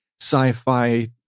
sci-fi